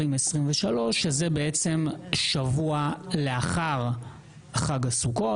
שזה בעצם שבוע לאחר חג הסוכות.